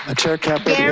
ah chair caput.